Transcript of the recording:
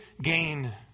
gain